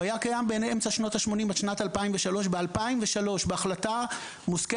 הוא היה קיים באמצע שנות ה-80 עד שנת 2003. ב-2003 בהחלטה מושכלת